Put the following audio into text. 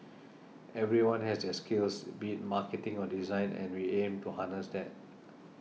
everyone has their skills be it marketing or design and we aim to harness that